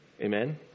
amen